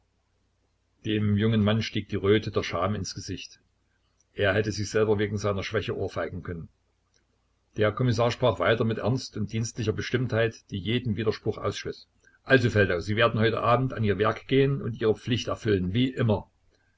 dem jungen mann stieg die röte der scham ins gesicht er hätte sich selber wegen seiner schwäche ohrfeigen können der kommissar sprach weiter mit ernst und dienstlicher bestimmtheit die jeden widerspruch ausschloß also feldau sie werden heute abend an ihr werk gehen und ihre pflicht erfüllen wie immer